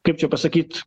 kaip čia pasakyt